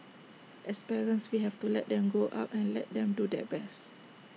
as parents we have to let them grow up and let them do their best